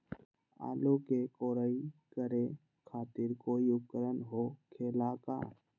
आलू के कोराई करे खातिर कोई उपकरण हो खेला का?